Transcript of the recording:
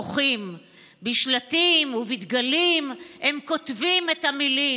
מוחים / בשלטים ובדגלים / הם כותבים את המילים: